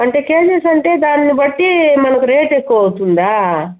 అంటే కేజీస్ అంటే దాన్ని బట్టి మనకు రేటు ఎక్కువ అవుతుందా